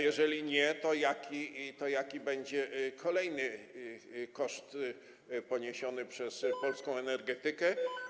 Jeżeli nie, to jaki będzie kolejny koszt poniesiony przez polską energetykę?